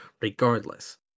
regardless